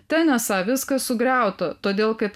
ten esą viskas sugriauta todėl kad